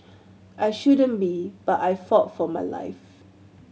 I shouldn't be but I fought for my life